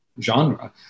genre